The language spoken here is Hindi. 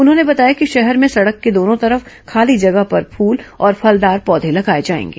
उन्होंने बताया कि शहर में सड़क के दोनों तरफ खाली जगह पर फूल और फलदार पौधे लगाए जाएंगे